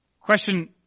Question